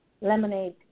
lemonade